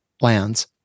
lands